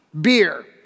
beer